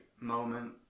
moment